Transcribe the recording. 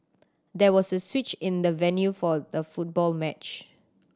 there was a switch in the venue for the football match